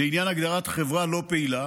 לעניין הגדרת חברה לא פעילה